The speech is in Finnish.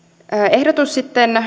ehdotus